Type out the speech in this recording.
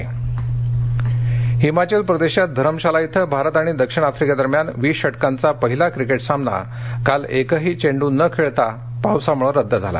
cricket Himachal प्रदेशात धरमशाला भारत आणि दक्षिण आफ्रिकेदरम्यान विस षटकांचा पहिला क्रिकेट सामना काल एकही चेंडू न खेळता पावसामुळे रद्द झाला